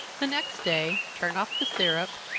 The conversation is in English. the next day turn off the syrup,